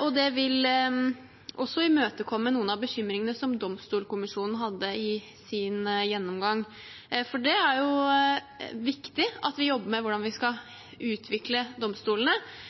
og det vil også imøtekomme noen av bekymringene som Domstolkommisjonen hadde i sin gjennomgang. Det er viktig at vi jobber med hvordan vi skal utvikle domstolene,